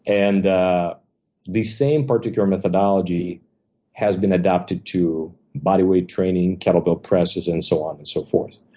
and the the same particular methodology has been adapted to body weight training, kettle bell presses, and so on and so forth.